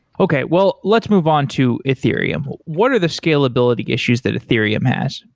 okay. well, let's move on to ethereum. what are the scalability issues that ethereum has?